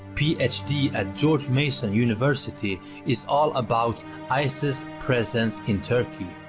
ph d. at george mason university is all about isis presence in turkey.